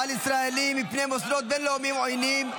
ישראלים מפני מוסדות בין-לאומיים עוינים,